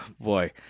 Boy